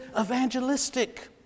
evangelistic